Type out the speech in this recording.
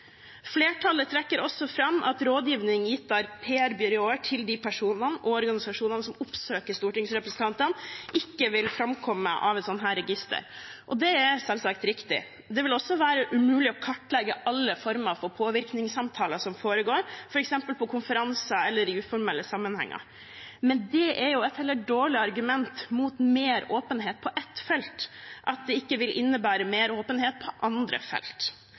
Flertallet trekker også fram at rådgivning gitt av PR-byråer til de personene og organisasjonene som oppsøker stortingsrepresentantene, ikke vil framkomme av et slikt register. Det er selvsagt riktig. Det vil også være umulig å kartlegge alle former for påvirkningssamtaler som foregår, f.eks. på konferanser eller i uformelle sammenhenger. Men det er et heller dårlig argument mot mer åpenhet på ett felt at det ikke vil innebære mer åpenhet på andre felt.